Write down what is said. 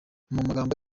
amagambo